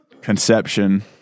conception